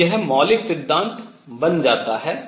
तो यह मौलिक सिद्धांत बन जाता है